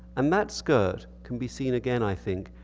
and that skirt can be seen again, i think,